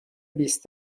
بیست